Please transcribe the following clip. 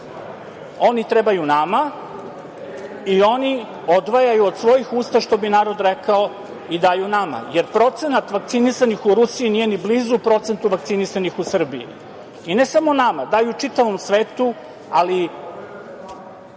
Oni trebaju nama i oni odvajaju od svojih usta, što bi narod rekao, i daju nama, jer procenat vakcinisanih u Rusiji nije ni blizu procentu vakcinisanih u Srbiji. I ne samo nama, daju čitavom svetu, ali